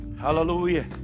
Hallelujah